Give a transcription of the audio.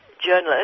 journalist